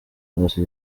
zose